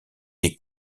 des